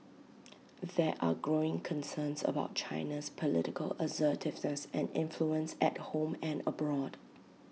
there are growing concerns about China's political assertiveness and influence at home and abroad